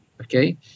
okay